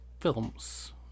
films